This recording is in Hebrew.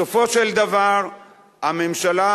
בסופו של דבר הממשלה,